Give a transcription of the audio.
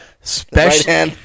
special